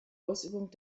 ausübung